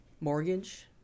mortgage